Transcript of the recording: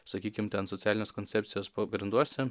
sakykim ten socialinės koncepcijos pagrinduose